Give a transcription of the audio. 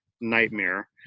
nightmare